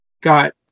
got